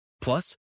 Plus